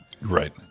Right